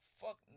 Fuck